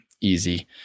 easy